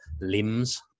limbs